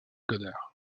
goddard